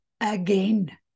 again